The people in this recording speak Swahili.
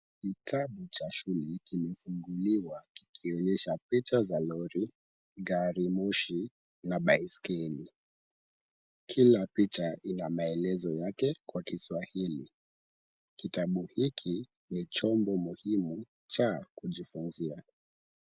Kitabu cha shule kimefunguliwa kikionyesha picha za lori, garimoshi na baiskeli. Kila picha ina maelezo yake kwa Kiswahili. Kitabu hiki ni chombo muhimu cha kujifunzia.